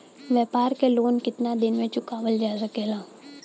व्यापार के लोन कितना दिन मे चुकावल जा सकेला?